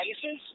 places